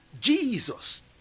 Jesus